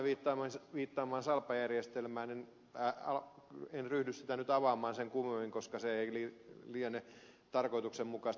rajamäen viittaamaan salpa järjestelmään niin en ryhdy sitä nyt avaamaan sen kummemmin koska se ei liene tarkoituksenmukaista